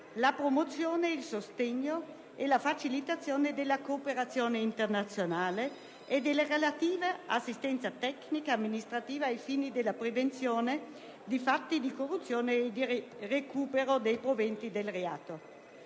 la promozione, il sostegno e la facilitazione della cooperazione internazionale e della relativa assistenza tecnica ed amministrativa ai fini della prevenzione di fatti di corruzione e di recupero dei proventi del reato.